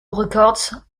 records